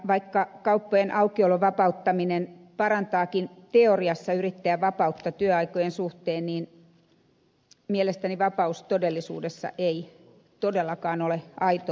vaikka kauppojen aukiolon vapauttaminen parantaakin teoriassa yrittäjän vapautta työaikojen suhteen niin mielestäni vapaus todellisuudessa ei todellakaan ole aitoa valinnanvapautta